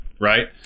Right